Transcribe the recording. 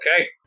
Okay